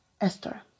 Esther